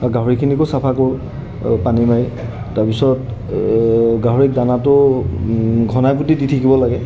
আৰু গাহৰিখিনিকো চাফা কৰোঁ পানী মাৰি তাৰপিছত গাহৰিক দানাটো ঘনাইপতি দি থাকিব লাগে